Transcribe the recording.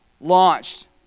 launched